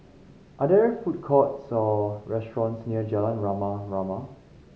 are there food courts or restaurants near Jalan Rama Rama